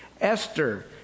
Esther